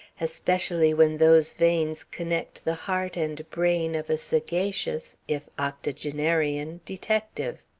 especially when those veins connect the heart and brain of a sagacious, if octogenarian, detective.